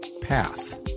PATH